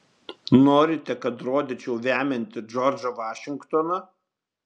norite kad rodyčiau vemiantį džordžą vašingtoną